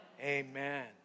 Amen